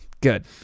Good